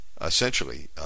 Essentially